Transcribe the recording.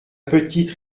petite